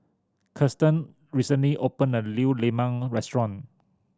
Kiersten recently opened a new lemang restaurant